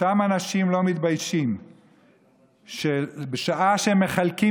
אותם אנשים לא מתביישים שבשעה שמחלקים